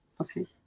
Okay